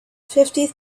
fifty